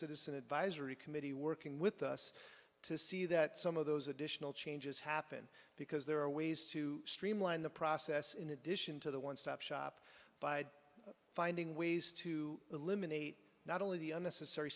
citizen advisory committee working with us to see that some of those additional changes happen because there are ways to streamline the process in addition to the one stop shop by finding ways to eliminate not only the unnecessary